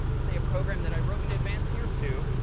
say, a program that i wrote in advance here too,